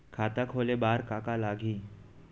खाता खोले बार का का लागही?